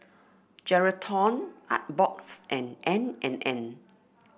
Geraldton Artbox and N and N